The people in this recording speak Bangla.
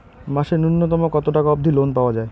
মাসে নূন্যতম কতো টাকা অব্দি লোন পাওয়া যায়?